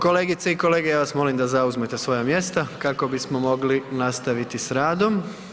Kolegice i kolege ja vas molim da zauzmete svoja mjesta kako bismo mogli nastaviti s radom.